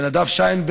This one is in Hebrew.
וכן לנדב שיינברגר,